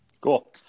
Cool